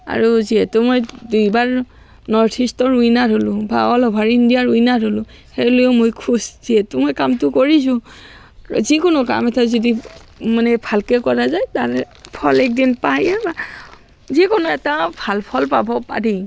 আৰু যিহেতু মই দুইবাৰ নৰ্থ ইষ্টৰ উইনাৰ হ'লোঁ বা অল অভাৰ ইণ্ডিয়াৰ উইনাৰ হ'লোঁ সেই লৈও মই খুচ যিহেতু মই কামটো কৰিছোঁ যিকোনো কাম এতিয়া যদি মানে ভালকৈ কৰা যায় তাৰ ফল একদিন পায়ে বা যিকোনো এটা ভাল ফল পাব পাৰি